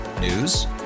News